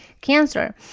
cancer